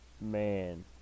man